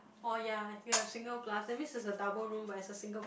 oh ya you have a single plus that means it's a double room where it's a single